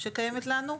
שקיימת לנו.